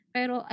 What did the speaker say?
Pero